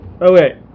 Okay